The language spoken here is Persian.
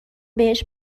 بهش